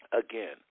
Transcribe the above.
Again